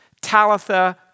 talitha